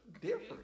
different